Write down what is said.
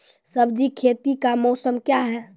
सब्जी खेती का मौसम क्या हैं?